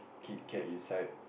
Kit-Kat inside